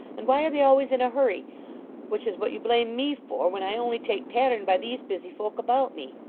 and why are they always in a hurry which is what you blame me for, when i only take pattern by these busy folk about me?